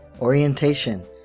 orientation